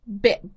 bit